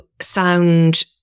sound